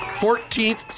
Fourteenth